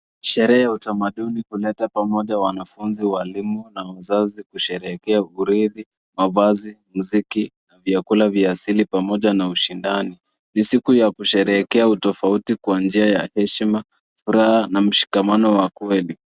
Sherehe ya utamaduni huleta pamoja wanafunzi, walimu na wazazi kusherehekea urithi, mavazi, muziki na vyakula vya asili pamoja na ushindani. Ni siku ya kusherehekea utofauti kwa njia ya heshima, furaha na mshikamano wa kweli.